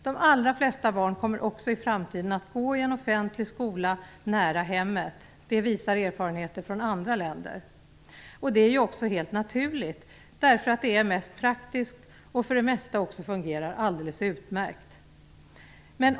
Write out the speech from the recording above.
De allra flesta barn kommer också i framtiden att gå i en offentlig skola nära hemmet. Det visar erfarenheter från andra länder. Det är ju också helt naturligt, därför att det är mest praktiskt och för att det för det mesta också fungerar alldeles utmärkt.